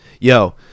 Yo